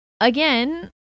again